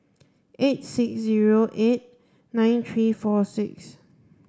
eight six zero eight nine three four six